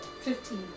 Fifteen